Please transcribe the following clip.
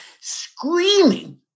screaming